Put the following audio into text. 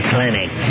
Clinic